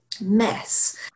mess